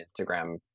Instagram